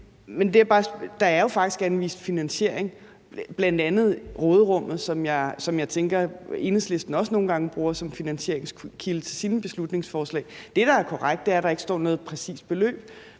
Men der er jo faktisk anvist finansiering, bl.a. råderummet, som jeg tænker Enhedslisten også nogle gange bruger som finansieringskilde til sine beslutningsforslag. Det, der er korrekt, er, at der ikke står noget præcist beløb,